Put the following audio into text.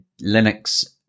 Linux